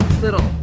little